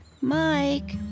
Mike